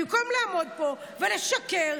במקום לעמוד פה ולשקר,